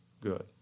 good